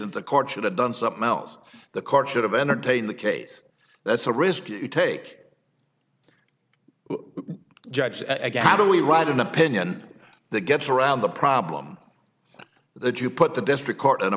that the court should have done something else the court should have entertain the case that's a risk you take judge again how do we write an opinion that gets around the problem that you put the district court in a